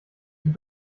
die